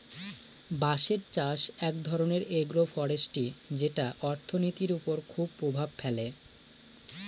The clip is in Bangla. বাঁশের চাষ এক ধরনের এগ্রো ফরেষ্ট্রী যেটা অর্থনীতির ওপর খুব প্রভাব ফেলে